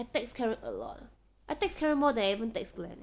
I text karen a lot I text karen more than I even text glen eh